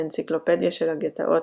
באנציקלופדיה של הגטאות,